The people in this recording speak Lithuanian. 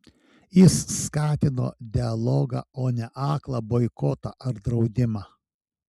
jis skatino dialogą o ne aklą boikotą ar draudimą